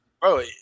bro